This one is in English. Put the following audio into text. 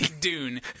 Dune